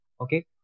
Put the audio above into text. Okay